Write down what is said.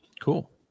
Cool